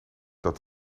dat